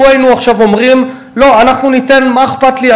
לו היינו אומרים עכשיו: מה אכפת לי?